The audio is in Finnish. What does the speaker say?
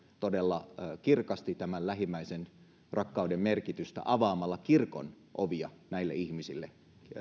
todella kirkasti tämän lähimmäisenrakkauden merkitystä avaamalla kirkonovia näille ihmisille